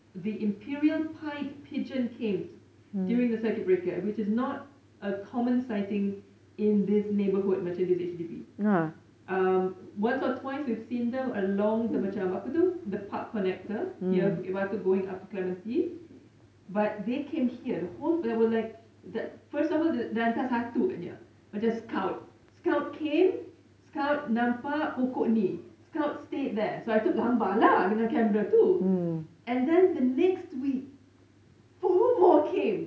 the imperial pied pigeon came during the circuit breaker which is not a common sighting in this neighbourhood macam this H_D_B um once or twice we've seen them along the macam apa tu the park connector here at bukit batok going up to clementi but they came here the whole there were like there first of all dia hantar satu agaknya macam scout came scout nampak pokok ni scout stayed there so I took gambar lah dengan camera tu and then the next week few more came